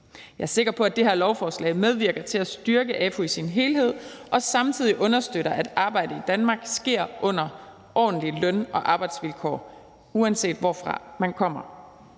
Jeg er sikker på, at det her lovforslag medvirker til at styrke AFU i sin helhed, og at det samtidig understøtter, at arbejdet i Danmark sker under ordentlige løn- og arbejdsvilkår, uanset hvorfra man kommer.